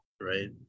right